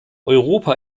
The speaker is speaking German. europa